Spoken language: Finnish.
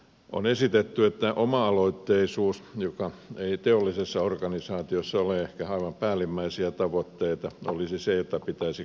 on esitetty että oma aloitteisuus joka ei teollisessa organisaatiossa ole ehkä aivan päällimmäisiä tavoitteita olisi se jota pitäisi korostaa